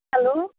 hello